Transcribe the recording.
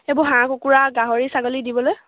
এইবোৰ হাঁহ কুকুৰা গাহৰি ছাগলীক দিবলৈ